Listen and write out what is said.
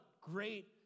great